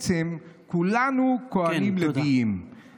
בעצם / כולנו כוהנים לוויים'." תודה.